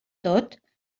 tot